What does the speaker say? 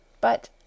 But